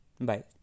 Bye